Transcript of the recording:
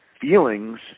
feelings